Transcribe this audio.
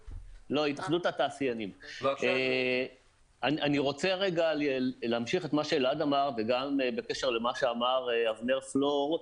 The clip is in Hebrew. אני רוצה להמשיך את מה שאלעד אמר וגם בקשר למה שאמר אבנר פלור.